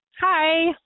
Hi